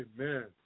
Amen